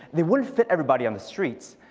they wouldn't fit everybody on the streets.